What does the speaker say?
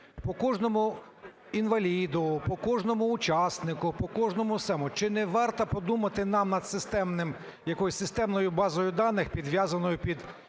по кожному інваліду, по кожному учаснику, по кожному… Чи не варто подумати нам над якоюсь системною базою даних, підв'язаною під